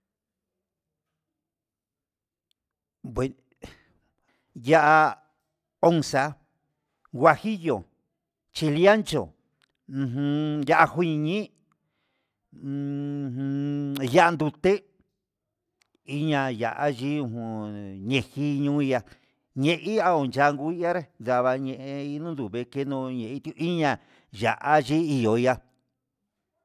Voy ya'a onza huajillo chile ancho ujun ya'á ngui ñií, ujun ya'á ndute iña ya'á nge jun yejiniuauya ndeji ndeia hu channguyare ndangua ñe'e inuu veke no'o che itu iña ya'á ye iho yaá.